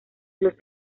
los